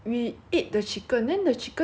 it's smelly and it's like